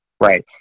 Right